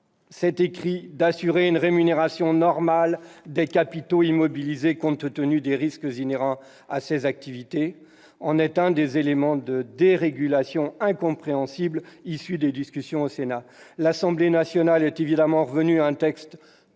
2040 afin d'assurer « une rémunération normale des capitaux immobilisés compte tenu des risques inhérents à ces activités ». C'est l'un des éléments de dérégulation incompréhensibles issus des discussions au Sénat. L'Assemblée nationale est évidemment revenue à un texte